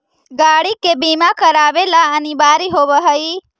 गाड़ि के बीमा करावे ला अनिवार्य होवऽ हई